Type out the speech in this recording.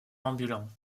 ambulant